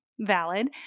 valid